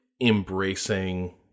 embracing